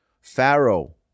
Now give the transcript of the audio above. Pharaoh